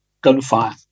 gunfire